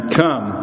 come